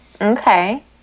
Okay